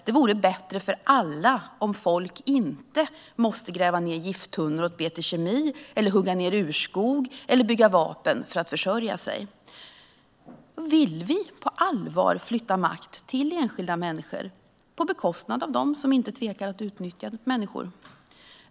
Det vore bättre för alla om folk inte måste gräva ned gifttunnor åt BT Kemi, hugga ned urskog eller tillverka vapen för att försörja sig. Vill vi på allvar flytta makt till enskilda människor på bekostnad av dem som inte tvekar att utnyttja människor?